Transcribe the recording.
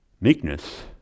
meekness